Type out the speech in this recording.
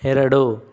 ಎರಡು